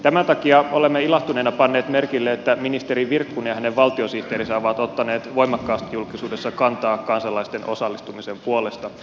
tämän takia olemme ilahtuneina panneet merkille että ministeri virkkunen ja hänen valtiosihteerinsä ovat ottaneet voimakkaasti julkisuudessa kantaa kansalaisten osallistumisen puolesta